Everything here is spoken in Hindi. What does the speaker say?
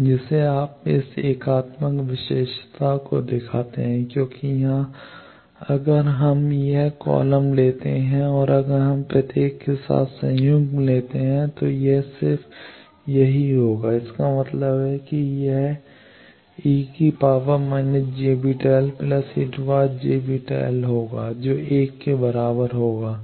जिसे आप इस एकात्मक विशेषता को देखते हैं क्योंकि यहाँ अगर हम यह कॉलम लेते हैं कि अगर हम प्रत्येक के साथ संयुग्म लेते हैं तो यह सिर्फ होगा इसका मतलब है कि यह e− jβl e jβl होगा जो 1 के बराबर होगा